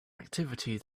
activity